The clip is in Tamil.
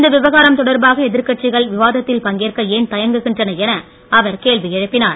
இந்த விவகாரம் தொடர்பாக எதிர்க்கட்சிகள் விவாத்தில் பங்கேற்க ஏன் தயாங்குகின்றன என அவர் கேள்வி எழுப்பினார்